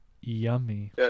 yummy